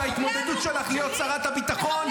וההתמודדות שלך להיות שרת הביטחון.